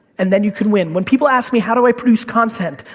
and then you can win. when people ask me how do i produce content?